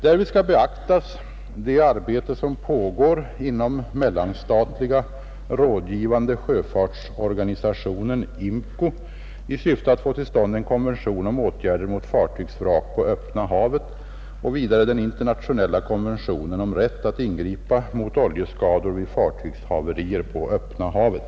Därvid skall beaktas det arbete som pågår inom mellanstatliga rådgivande sjöfartsorganisationen i syfte att få till stånd en konvention om åtgärder mot fartygsvrak på öppna havet och vidare den internationella konventionen om rätt att ingripa mot oljeskador vid fartygshaverier på öppna havet.